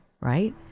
right